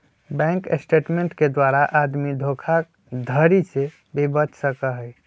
bank statement के द्वारा आदमी धोखाधडी से भी बच सका हई